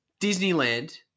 Disneyland